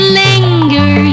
linger